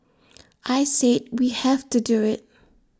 I said we have to do IT